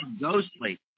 ghostly